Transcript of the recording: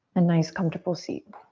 a nice comfortable seat.